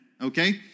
Okay